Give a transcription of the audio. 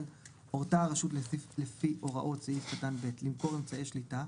12/ג'.הורתה הרשות לפי הוראות סעיף קטן ב' למכור אמצעי שליטה,